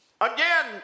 again